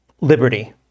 liberty